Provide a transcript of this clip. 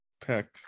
pick